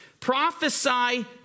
prophesy